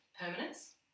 permanence